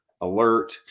alert